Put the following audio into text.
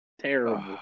Terrible